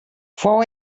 fou